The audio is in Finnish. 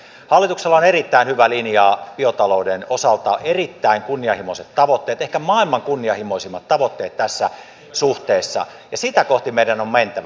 hallituksella on erittäin hyvä linja biotalouden osalta erittäin kunnianhimoiset tavoitteet ehkä maailman kunnianhimoisimmat tavoitteet tässä suhteessa ja sitä kohti meidän on mentävä